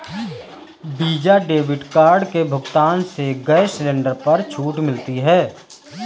visa debit card के भुगतान से गैस सिलेंडर पर छूट मिलती है